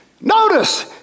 notice